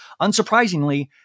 Unsurprisingly